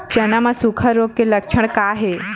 चना म सुखा रोग के लक्षण का हे?